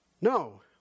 no